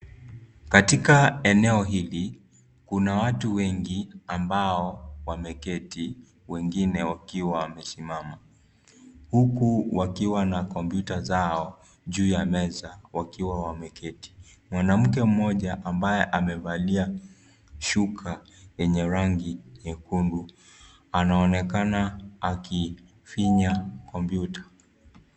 Katika eneo hili kuna watu wengi ambao wameketi wengine wakiwa wamesimama huku wakiwa na komputa zao juu ya meza wakiwa wameketi. Mwanamke mmoja ambaye amevalia shuka lenye rangi nyekundu, anaonekana akifinya kompyuta.